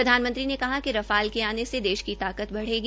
प्रधानमंत्री ने कहा कि रफाल के आने से देश की ताकत बढ़ेगी